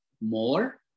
more